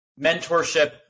mentorship